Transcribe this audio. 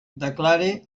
declare